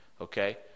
Okay